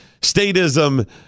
statism